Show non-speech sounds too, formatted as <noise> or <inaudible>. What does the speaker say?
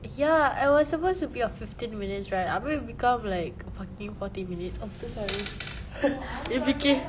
ya it was supposed to be a fifteen minutes ride after that become like fucking forty minutes I'm so sorry <laughs> it becam~